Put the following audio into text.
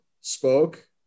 spoke